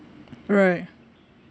right